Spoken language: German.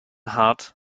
hart